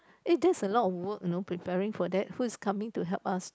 eh that's a lot of work you know preparing for who's coming to help us